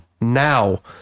now